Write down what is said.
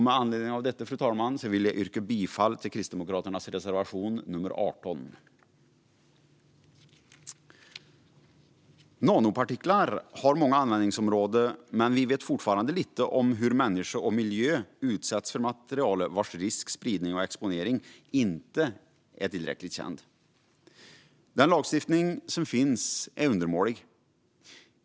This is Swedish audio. Med anledning av detta vill jag yrka bifall till Kristdemokraternas reservation nummer 18, fru talman. Det finns många användningsområden för nanopartiklar, men vi vet fortfarande inte mycket om hur människa och miljö utsätts för nanomaterial, vars risk, spridning och exponering inte är tillräckligt kända. Den lagstiftning som finns är undermålig.